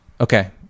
okay